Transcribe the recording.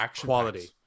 quality